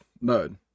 mode